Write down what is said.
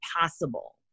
possible